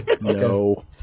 No